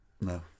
No